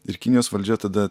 ir kinijos valdžia tada